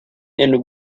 and